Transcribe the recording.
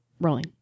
rolling